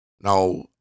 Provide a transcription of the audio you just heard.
now